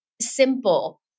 simple